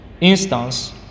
instance